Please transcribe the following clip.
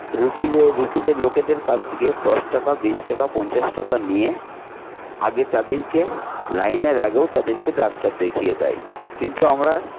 রুগিদের রুগিদের লোকেদের কাছ থেকে দশ টাকা বিশ টাকা পঞ্চাশ টাকা নিয়ে আগে তাদেরকে লাইনের আগেও তাদেরকে ডাক্তার দেখিয়ে দেয় কিন্তু আমরা